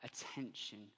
attention